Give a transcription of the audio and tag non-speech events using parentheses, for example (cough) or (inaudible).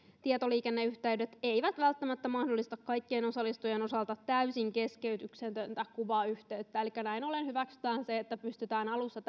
tietoliikenneyhteydet eivät välttämättä mahdollista kaikkien osallistujien osalta täysin keskeytyksetöntä kuvayhteyttä elikkä näin ollen hyväksytään se että pystytään alussa (unintelligible)